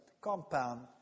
compound